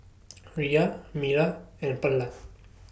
Rhea Mira and Perla